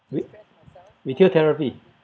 re~ retail therapy